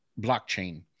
blockchain